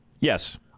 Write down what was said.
Yes